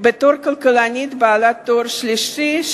כלכלנית בעלת תואר שלישי,